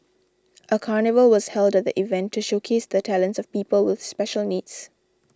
a carnival was held at the event to showcase the talents of people with special needs